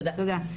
תודה.